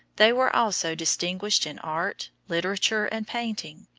they were also distinguished in art, literature, and painting.